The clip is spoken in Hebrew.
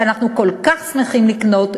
שאנחנו כל כך שמחים לקלוט,